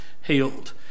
healed